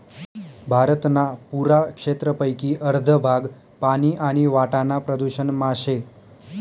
भारतना पुरा क्षेत्रपेकी अर्ध भाग पानी आणि वाटाना प्रदूषण मा शे